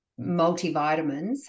multivitamins